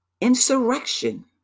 insurrection